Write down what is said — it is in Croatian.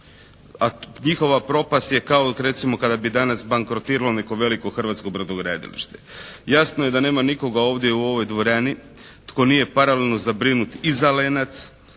a njihova propast je kao recimo kada bi danas bankrotiralo neko veliko hrvatsko brodogradilište. Jasno je da nema nikoga ovdje u ovoj dvorani tko nije paralelno zabrinut i za "Lenac",